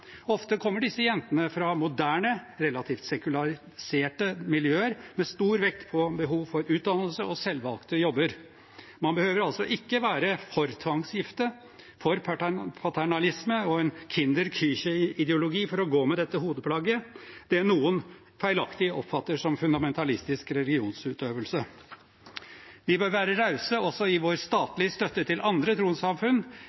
Ofte kommer disse jentene fra moderne, relativt sekulariserte miljøer, med stor vekt på behov for utdannelse og selvvalgte jobber. Man behøver altså ikke å være for tvangsgifte, paternalisme og en «Kinder, Küche»-ideologi for å gå med dette hodeplagget – det noen feilaktig oppfatter som fundamentalistisk religionsutøvelse. Vi bør være rause også i vår